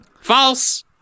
False